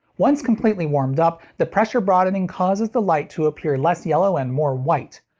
once completely warmed up, the pressure broadening causes the light to appear less yellow and more white,